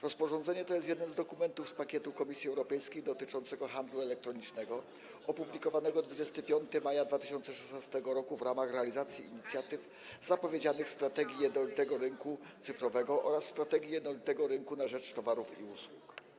Rozporządzenie to jest jednym z dokumentów z pakietu Komisji Europejskiej dotyczącego handlu elektronicznego, opublikowanego 25 maja 2016 r. w ramach realizacji inicjatyw zapowiedzianych w strategii jednolitego rynku cyfrowego oraz strategii jednolitego rynku na rzecz towarów i usług.